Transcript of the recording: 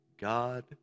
God